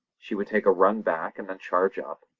she would take a run back and then charge up,